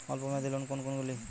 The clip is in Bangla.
অল্প মেয়াদি লোন কোন কোনগুলি?